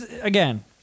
again